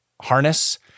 Harness